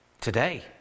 today